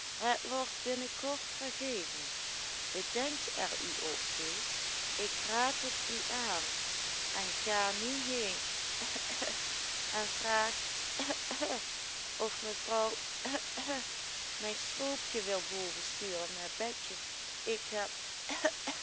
wordt binnenkort vergeven bedenk er u op kees ik raad het u aan en ga nu heen kuche kuche en vraag ùche ùche of mevrouw ùche ùche mijn stroopje wil boven sturen met betje ik heb